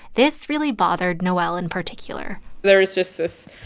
this really bothered noelle in particular there is just this